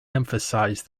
emphasized